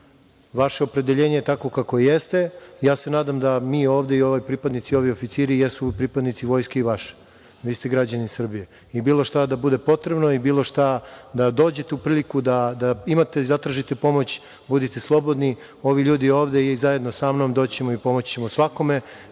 Vaše opredeljenje je takvo kakvo jeste. Ja se nadam mi ovde i ovi pripadnici i ovi oficiri jesu pripadnici vojske i vaše. Vi ste građanin Srbije i bilo šta da bude potrebno i bilo šta da dođete u priliku da imate i zatražite pomoć, budite slobodni. Ovi ljudi ovde i zajedno sa mnom doći ćemo i pomoći ćemo svakome,